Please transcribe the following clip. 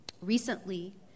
Recently